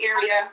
area